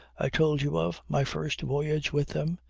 i told you of, my first voyage with them.